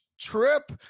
trip